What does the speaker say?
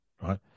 right